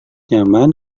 nyaman